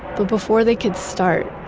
but before they could start,